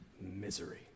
misery